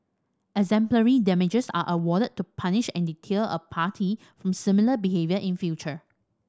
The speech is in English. exemplary damages are awarded to punish and deter a party from similar behaviour in future